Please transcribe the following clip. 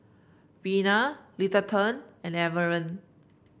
Reyna Littleton and Everett